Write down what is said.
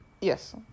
Yes